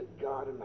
God